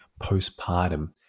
postpartum